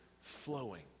flowing